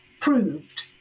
proved